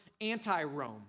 anti-Rome